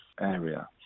area